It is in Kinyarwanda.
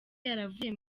yaravuye